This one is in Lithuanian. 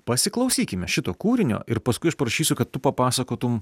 pasiklausykime šito kūrinio ir paskui aš prašysiu kad tu papasakotum